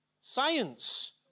Science